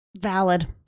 Valid